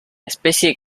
especie